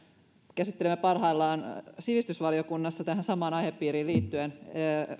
käsittelemme parhaillaan sivistysvaliokunnassa tähän samaan aihepiiriin liittyen